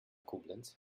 koblenz